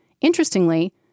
interestingly